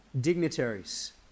dignitaries